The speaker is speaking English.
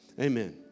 amen